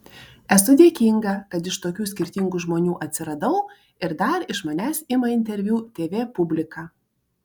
esu dėkinga kad iš tokių skirtingų žmonių atsiradau ir dar iš manęs ima interviu tv publika